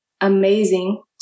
amazing